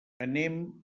anem